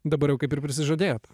dabar jau kaip ir prisižadėjot